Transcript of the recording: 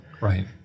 Right